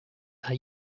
are